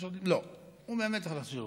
צריך ללכת לשירותים?